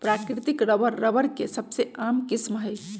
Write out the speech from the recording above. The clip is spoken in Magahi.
प्राकृतिक रबर, रबर के सबसे आम किस्म हई